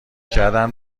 کردن